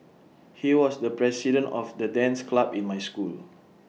he was the president of the dance club in my school